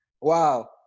Wow